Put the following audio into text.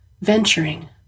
venturing